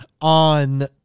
on